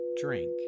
drink